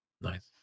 Nice